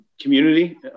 community